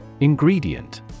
Ingredient